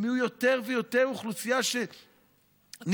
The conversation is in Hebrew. הם יהיו יותר ויותר אוכלוסייה שנתלית